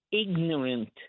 ignorant